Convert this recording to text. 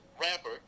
rapper